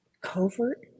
covert